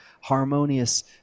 harmonious